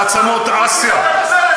מעצמות אסיה,